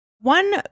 One